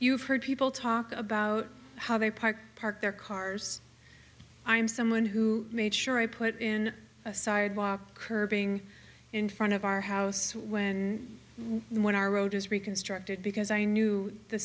you've heard people talk about how they park park their cars i'm someone who made sure i put in a sidewalk curbing in front of our house when when our road was reconstructed because i knew the